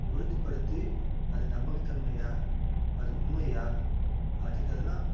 உறுதிப்படுத்தி அது நம்பகத்தன்மையா அது உண்மையா அதுக்கு அதெல்லாம்